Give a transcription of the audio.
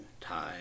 time